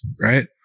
right